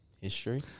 history